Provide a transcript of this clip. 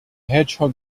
hedgehog